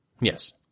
Yes